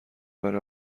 بره